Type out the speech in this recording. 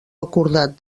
acordat